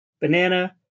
banana